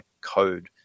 code